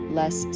less